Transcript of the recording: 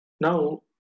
Now